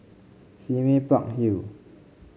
Sime Park Hill